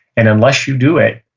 and unless you do it,